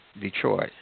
Detroit